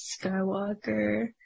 Skywalker